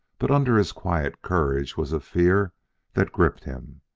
but under his quiet courage was a fear that gripped him.